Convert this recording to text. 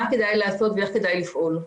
מה כדאי לעשות ואיך כדאי לפעול.